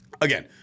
again